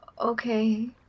Okay